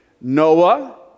Noah